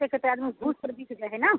कि करतै आदमी घूसमे बिकि जाइ हइ ने